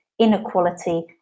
inequality